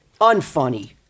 unfunny